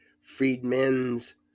Freedmen's